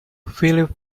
philip